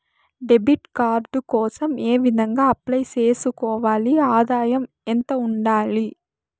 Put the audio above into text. Debit card కోసం ఏ విధంగా అప్లై సేసుకోవాలి? ఆదాయం ఎంత ఉండాలి?